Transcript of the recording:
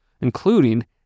including